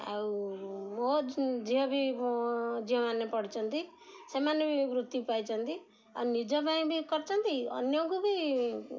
ଆଉ ମୋ ଝିଅ ବି ଝିଅମାନେ ପଢ଼ିଛନ୍ତି ସେମାନେ ବି ବୃତ୍ତି ପାଇଛନ୍ତି ଆଉ ନିଜ ପାଇଁ ବି କରିଛନ୍ତି ଅନ୍ୟକୁ ବି